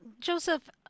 Joseph